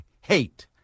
hate